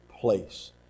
place